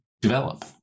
develop